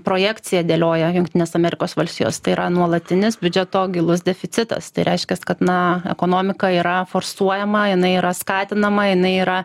projekciją dėlioja jungtinės amerikos valstijos tai yra nuolatinis biudžeto gilus deficitas tai reiškias kad na ekonomika yra forsuojama jinai yra skatinama jinai yra